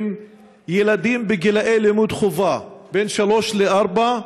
ילדים בגילאי לימוד חובה בני שלוש וארבע,